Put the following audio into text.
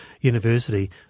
university